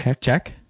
check